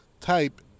type